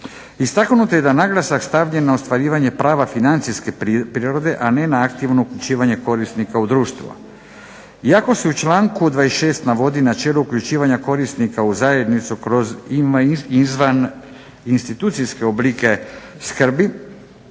Istaknuto je da je naglasak stavljen na ostvarivanje prava financijske prirode, a ne na aktivno uključivanje korisnika u društvo. Iako se u članku 26. navodi načelo uključivanja korisnika u zajednicu kroz izvaninstitucionalne oblike skrbi